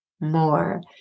more